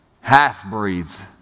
half-breeds